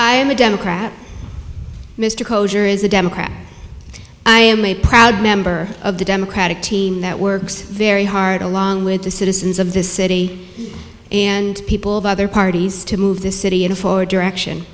i am a democrat mr cocksure is a democrat i am a proud member of the democratic team that works very hard along with the citizens of the city and people of other parties to move this city in a forward direction